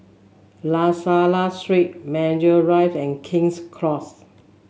La Salle Street Maju rive and King's Close